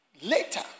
later